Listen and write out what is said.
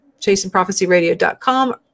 ChasingProphecyRadio.com